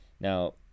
Now